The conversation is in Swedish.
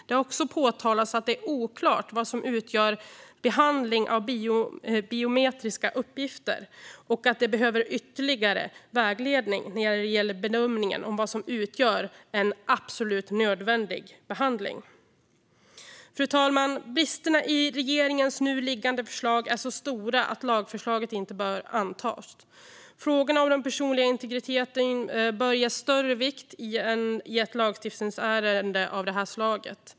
Det har också påtalats att det är oklart vad som utgör "behandling av biometriska uppgifter" och att det behövs ytterligare vägledning när det gäller bedömningen av vad som utgör en "absolut nödvändig" behandling. Fru talman! Bristerna i regeringens nu liggande förslag är så stora att lagförslaget inte bör antas. Frågorna om den personliga integriteten bör ges större vikt i ett lagstiftningsärende av detta slag.